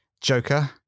Joker